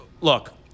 look